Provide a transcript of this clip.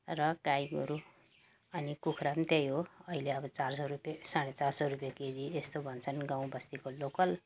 र गाई गोरु अनि कुखुरा त्यही हो अहिले अब चार सय रुपे साढे चार सय रुपे केजी यस्तो भन्छन् गाउँ बस्तीको लोकल